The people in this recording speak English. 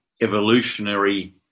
evolutionary